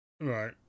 Right